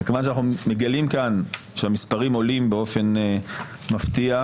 ומכיוון שאנחנו מגלים כאן שהמספרים עולים באופן מפתיע,